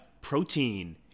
Protein